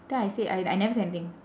then I say I I never say anything